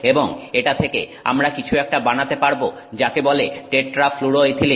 এবং এটা থেকে আমরা কিছু একটা বানাতে পারবো যাকে বলে টেট্রাফ্লুরোইথিলিন